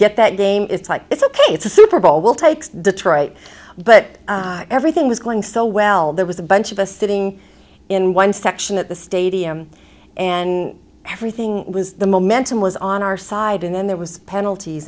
get that game it's like it's ok it's a super bowl will take detroit but everything was going so well there was a bunch of us sitting in one section at the stadium and everything was the momentum was on our side and then there was penalties